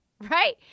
right